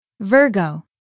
Virgo